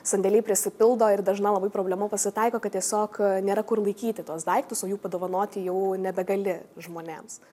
sandėliai prisipildo ir dažna labai problema pasitaiko kad tiesiog nėra kur laikyti tuos daiktus o jų padovanoti jau nebegali žmonėms